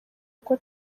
uko